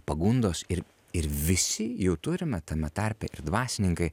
pagundos ir ir visi jų turime tame tarpe ir dvasininkai